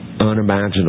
unimaginable